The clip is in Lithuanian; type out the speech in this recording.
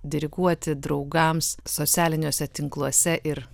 diriguoti draugams socialiniuose tinkluose ir